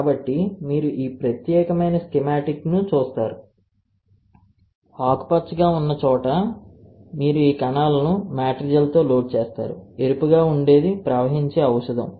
కాబట్టి మీరు ఈ ప్రత్యేకమైన స్కీమాటిక్ను చూస్తారు ఆకుపచ్చ గా ఉన్న చోట మీరు ఈ కణాలను మ్యాట్రిజెల్తో లోడ్ చేస్తారు ఎరుపు గా ఉండేది ప్రవహించే ఔషధం